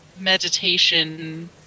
Meditation